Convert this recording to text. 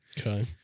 Okay